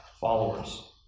followers